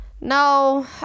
No